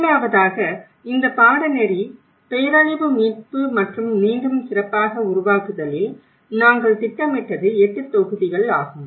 முதலாவதாக இந்த பாடநெறி பேரழிவு மீட்பு மற்றும் மீண்டும் சிறப்பாக உருவாக்குதலில் நாங்கள் திட்டமிட்டது 8 தொகுதிகள் ஆகும்